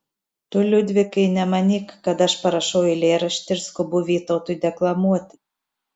tu liudvikai nemanyk kad aš parašau eilėraštį ir skubu vytautui deklamuoti